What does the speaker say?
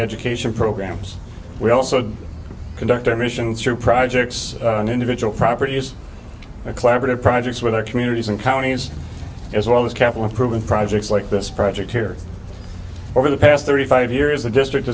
education programs we also conduct our mission through projects on individual properties a collaborative projects with our communities and counties as well as capital improvement projects like this project here over the past thirty five years the district